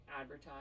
advertise